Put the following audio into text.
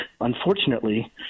Unfortunately